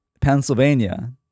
pennsylvania